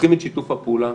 צריכים את שיתוף הפעולה